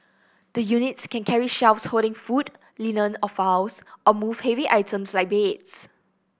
the units can carry shelves holding food linen or files or move heavy items like beds